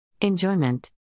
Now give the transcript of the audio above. Enjoyment